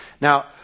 Now